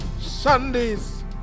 Sunday's